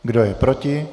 Kdo je proti?